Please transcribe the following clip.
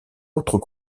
autres